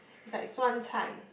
it's like 酸菜